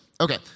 okay